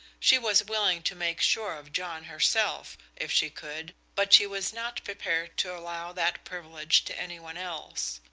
she was willing to make sure of john herself, if she could, but she was not prepared to allow that privilege to any one else.